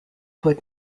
put